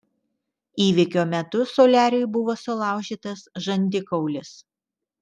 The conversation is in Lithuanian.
įvykio metu soliariui buvo sulaužytas žandikaulis